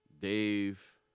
Dave